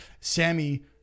Sammy